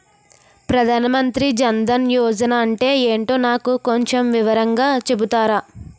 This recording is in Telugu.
ప్రధాన్ మంత్రి జన్ దన్ యోజన అంటే ఏంటో నాకు కొంచెం వివరంగా చెపుతారా?